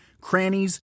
crannies